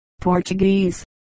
Portuguese